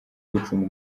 gucunga